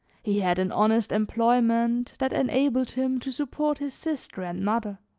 he had an honest employment that enabled him to support his sister and mother.